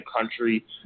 country